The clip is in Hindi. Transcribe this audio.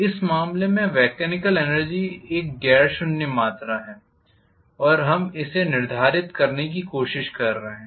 इस मामले में मेकॅनिकल एनर्जी एक गैर शून्य मात्रा है और हम इसे निर्धारित करने की कोशिश कर रहे हैं